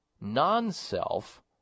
non-self